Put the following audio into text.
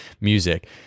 music